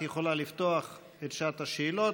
את יכולה לפתוח את שעת השאלות,